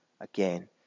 Again